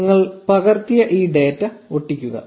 0951 നിങ്ങൾ പകർത്തിയ ഈ ഡാറ്റ ഒട്ടിക്കുക